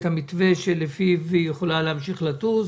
את המתווה שלפיו היא יכולה להמשיך לטוס,